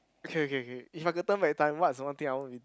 okay okay okay if I could turn back time what's the one thing I want to be